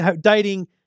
dating